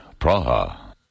Praha